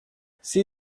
see